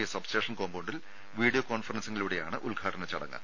V substation കോമ്പൌണ്ടിൽ video കോൺഫറൻസിലൂടെയാണ് ഉദ്ഘാടന ചടങ്ങ്